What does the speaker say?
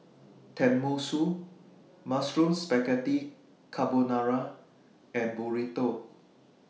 Tenmusu Mushroom Spaghetti Carbonara and Burrito